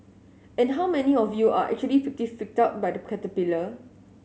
and how many of you are actually pretty freaked out by the caterpillar